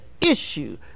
issue